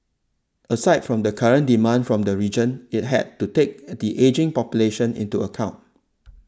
aside from the current demand from the region it had to take the ageing population into account